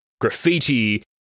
Graffiti